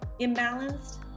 imbalanced